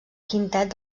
quintet